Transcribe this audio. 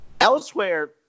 elsewhere